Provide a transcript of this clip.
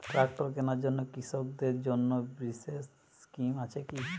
Tractor কেনার জন্য কৃষকদের জন্য বিশেষ স্কিম আছে কি?